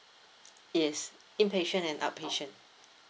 yes inpatient and outpatient